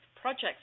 projects